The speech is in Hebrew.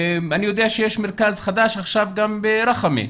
אני יודע שיש מרכז חדש עכשיו גם בראחמה.